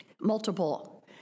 multiple